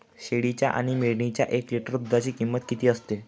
शेळीच्या आणि मेंढीच्या एक लिटर दूधाची किंमत किती असते?